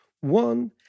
One